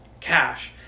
cash